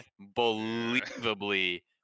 Unbelievably